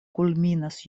kulminas